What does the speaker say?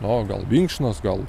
na gal vinkšnos gal